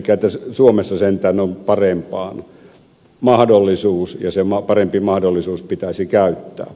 elikkä suomessa sentään on parempaan mahdollisuus ja se parempi mahdollisuus pitäisi käyttää